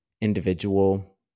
individual